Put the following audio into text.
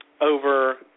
over –